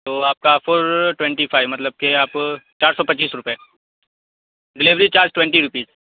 تو آپ کا فل ٹوینٹی فائو مطلب کے آپ چار سو پچیس روپے ڈلیوری چارج ٹوینٹی روپیز